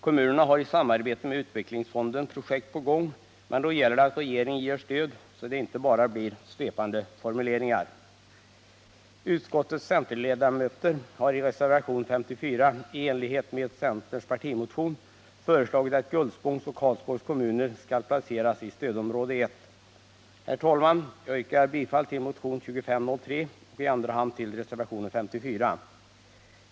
Kommunerna har i samarbete med utvecklingsfonden projekt på gång, men då gäller det att regeringen ger stöd, så att det inte bara blir svepande formuleringar. Herr talman! Jag yrkar bifall till motionen 2503 och i andra hand till reservationen 54.